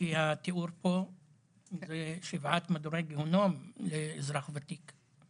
לפי התיאור פה זה שבעת מדורי גיהנום לאזרח ותיק.